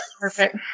Perfect